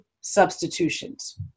substitutions